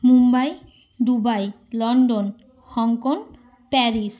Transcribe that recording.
Mumbai Dubai London Hong Kong Paris